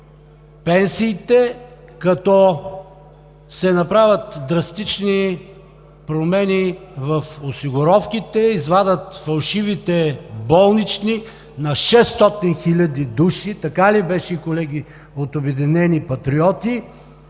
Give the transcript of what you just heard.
пенсиите – като се направят драстични промени в осигуровките, извадят фалшивите болнични на 600 хиляди души. Така ли беше, колеги, от „Обединени патриоти“?